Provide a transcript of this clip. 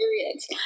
periods